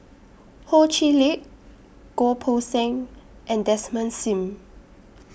Ho Chee Lick Goh Poh Seng and Desmond SIM